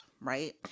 right